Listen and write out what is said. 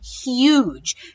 huge